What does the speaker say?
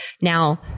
Now